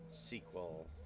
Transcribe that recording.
sequel